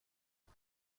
این